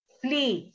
flee